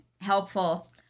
helpful